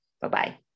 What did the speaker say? Bye-bye